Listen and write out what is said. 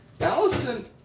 Allison